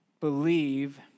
believe